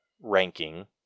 ranking